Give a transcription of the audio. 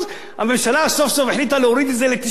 הממשלה סוף-סוף החליטה להוריד את זה ל-90%.